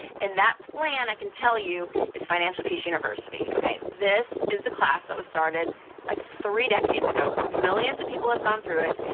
and that plan, i can tell you, is financial peace university. okay, this is the class that was started like three decades ago. millions of people have gone through it.